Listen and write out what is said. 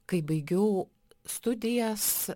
kai baigiau studijas